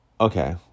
okay